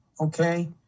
Okay